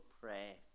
pray